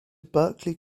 berkeley